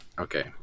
okay